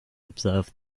observe